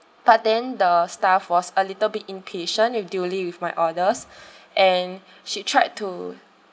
but then the staff was a little bit impatient with dealing with my orders and she tried to